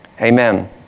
Amen